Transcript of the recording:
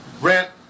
rent